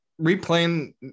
replaying